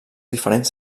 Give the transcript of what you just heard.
diferents